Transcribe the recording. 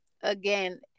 again